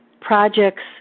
projects